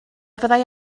fyddai